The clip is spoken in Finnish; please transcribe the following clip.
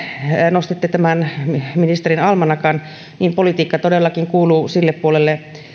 nostitte ministerin almanakan niin politiikka todellakin kuuluu sille puolelle